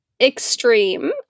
extreme